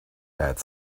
that